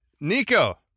Nico